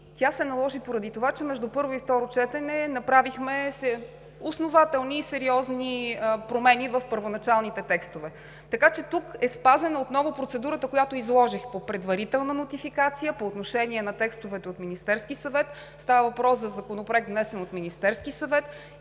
и се наложи поради това, че между първо и второ четене направихме основателни и сериозни промени в първоначалните текстове. Така че тук е спазена отново процедурата, която изложих по предварителна нотификация, по отношение на текстовете от Министерския съвет – става въпрос за законопроект, внесен от Министерския съвет